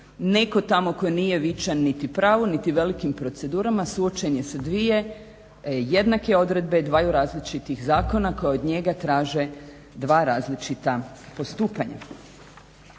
neko tamo ko nije vičan niti pravu, niti velikim procedurama suočen je sa dvije jednake odredbe dvaju različitih zakona koji od njega traže dva različita postupanja.